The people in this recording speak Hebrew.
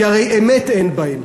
כי הרי אמת אין בהם.